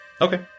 Okay